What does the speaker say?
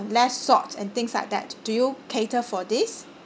less salt and things like that do you cater for this